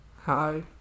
Hi